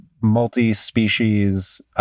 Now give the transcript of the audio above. multi-species